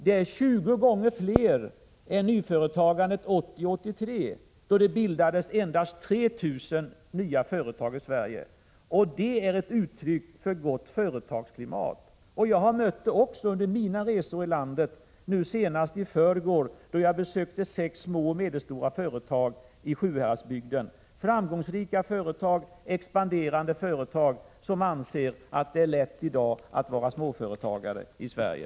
Det är dubbelt så många som 1980-1983, då det bildades endast 3 000 nya företag, och det är ett uttryck för gott företagsklimat. Jag har mött det också under mina resor i landet, senast i förrgår då jag besökte sex små och medelstora företag i Sjuhäradsbygden — framgångsrika företag, expanderande företag, där man anser att det är lätt i dag att vara småföretagare i Sverige.